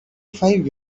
five